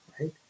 Right